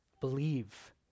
Believe